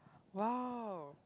!wow!